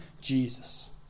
Jesus